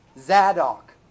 Zadok